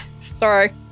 Sorry